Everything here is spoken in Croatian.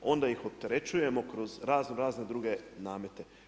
Onda ih odterećujemo kroz razno razne druge namete.